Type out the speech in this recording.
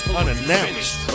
unannounced